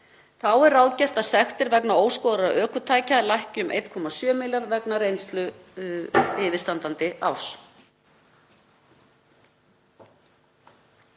Þá er ráðgert að sektir vegna óskoðaðra ökutækja lækki um 1,7 milljarð vegna reynslu yfirstandandi árs.